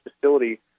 facility